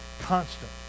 constant